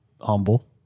humble